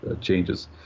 changes